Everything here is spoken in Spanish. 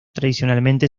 tradicionalmente